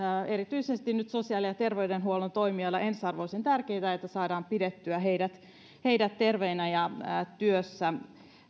erityisesti nyt sosiaali ja terveydenhuollon toimijoille ensiarvoisen tärkeää jotta saadaan pidettyä heidät heidät terveinä ja työssä